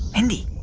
mindy,